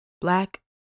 Black